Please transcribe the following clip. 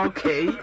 Okay